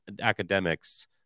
academics